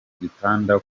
gitanda